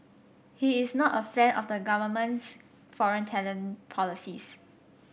he is not a fan of the government's foreign talent policies